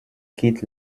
quitte